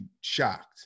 shocked